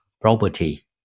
property